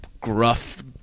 gruff